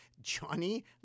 Johnny